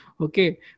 Okay